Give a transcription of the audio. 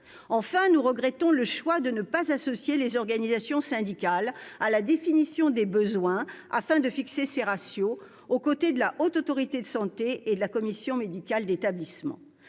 Enfin, nous regrettons le choix de ne pas associer les organisations syndicales à la définition des besoins permettant de fixer, aux côtés de la Haute Autorité de santé et de la commission médicale d'établissement,